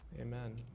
Amen